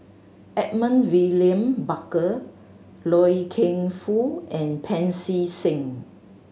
Edmund William Barker Loy Keng Foo and Pancy Seng